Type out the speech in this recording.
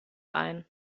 ein